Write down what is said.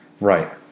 Right